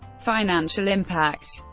financial impact